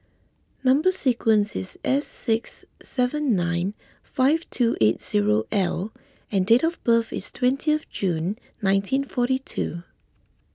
Number Sequence is S six seven nine five two eight zero L and date of birth is twentieth June nineteen forty two